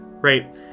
Right